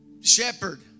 shepherd